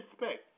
respect